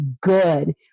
good